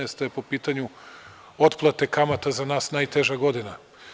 Godina 2016. je po pitanju otplate kamata za nas najteža godina.